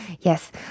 Yes